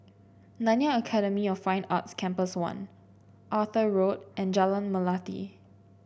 Nanyang Academy of Fine Arts Campus One Arthur Road and Jalan Melati